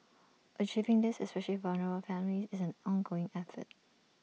achieving this especial vulnerable families is an ongoing effort